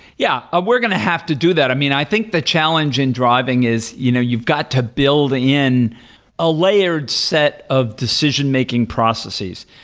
yeah. ah we're going to have to do that. i mean, i think the challenge in driving is you know you've got to build in a layered set of decision-making processes,